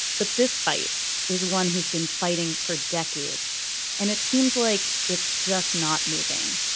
but this fight is one he's been fighting for decades and it seems like it's just not moving.